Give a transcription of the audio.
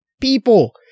people